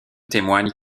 témoignent